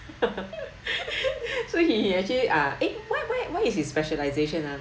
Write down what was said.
so he he actually ah eh what what what is his specialization ah